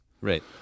Right